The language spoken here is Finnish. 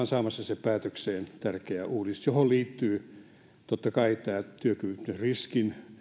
saamassa päätökseen tärkeän uudistuksen johon liittyy totta kai tämä työkyvyttömyysriskin